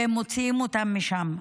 ומוציאים אותם משם.